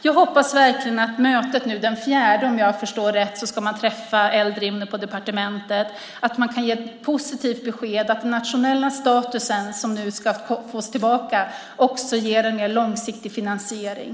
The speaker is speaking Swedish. Jag hoppas verkligen att man vid mötet den 4 då man träffar Eldrimner på departementet kan ge ett positivt besked om att den nationella status de nu ska få tillbaka ger en mer långsiktig finansiering.